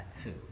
two